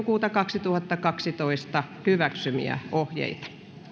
kaksituhattakaksitoista hyväksymiä ohjeita